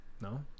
no